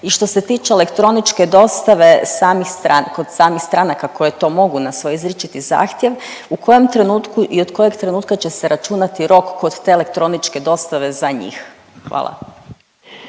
I što se tiče elektroničke dostave samih kod samih stranaka koje to mogu na svoj izričiti zahtjev, u kojem trenutku i od kojeg trenutka će se računati rok kod te elektroničke dostave za njih? Hvala.